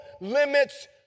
limits